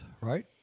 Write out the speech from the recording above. right